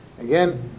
Again